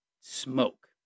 smoke